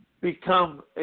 become